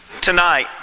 Tonight